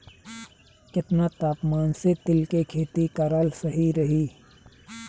केतना तापमान मे तिल के खेती कराल सही रही?